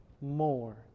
more